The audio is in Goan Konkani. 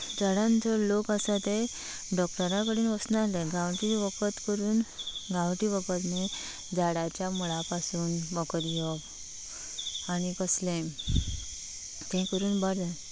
चडान चड लोक आसा ते डॉक्टरा कडेन वस नाल्ले गांवटी वखद करून गांवटी वखद न्ही झाडाच्या मुळा पासून वखद घेवप आनी कसलें तें करून बरें जा